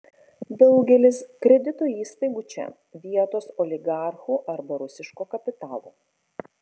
daugelis kredito įstaigų čia vietos oligarchų arba rusiško kapitalo